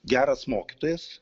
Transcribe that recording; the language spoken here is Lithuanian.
geras mokytojas